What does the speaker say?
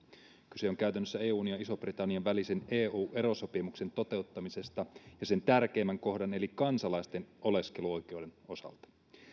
kyse on käytännössä eun ja ison britannian välisen eu erosopimuksen toteuttamisesta sen tärkeimmän kohdan eli kansalaisten oleskeluoikeuden osalta